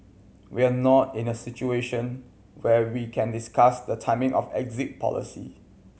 we're not in a situation where we can discuss the timing of exit policy